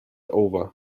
over